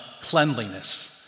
cleanliness